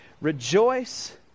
Rejoice